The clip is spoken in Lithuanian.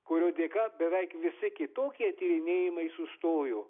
kurių dėka beveik visi kitokie tyrinėjimai sustojo